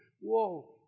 whoa